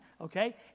okay